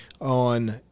on